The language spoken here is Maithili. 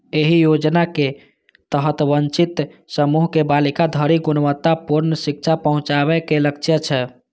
एहि योजनाक तहत वंचित समूह के बालिका धरि गुणवत्तापूर्ण शिक्षा पहुंचाबे के लक्ष्य छै